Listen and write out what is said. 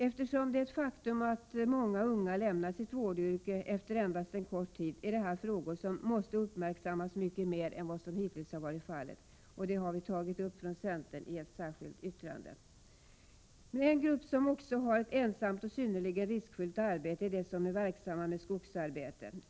Eftersom det är ett faktum att många unga lämnar vårdyrket efter endast en kort tid, måste problemen uppmärksammas mycket mer än vad som hittills varit fallet: Centern har tagit upp den saken i ett särskilt yttrande. En grupp människor som också har ett ensamt och synnerligen riskfyllt arbete är de som är verksamma med skogsarbete.